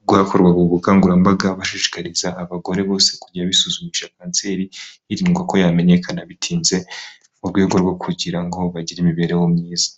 ubwo hakorwaga ubukangurambaga bashishikariza abagore bose kujya bisuzumisha kanseri y'rindwa ko yamenyekana bitinze mu rwego rwo kugira ngo bagire imibereho myiza